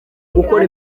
gukora